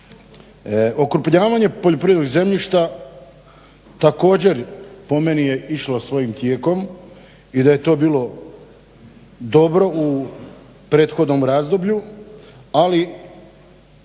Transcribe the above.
Okrupnjavanje poljoprivrednog zemljišta također po meni je išlo svojim tijekom i da je to bilo dobro u prethodnom razdoblju, ali